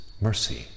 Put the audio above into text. mercy